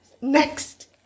Next